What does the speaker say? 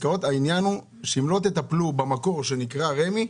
שאם לא תטפלו במקור שנקרא רמ"י,